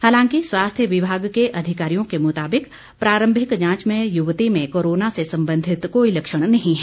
हालांकि स्वास्थ्य विभाग के अधिकारियों के मुताबिक प्रारम्भिक जांच में युवती में कोरोन से संबंधित कोई लक्षण नहीं है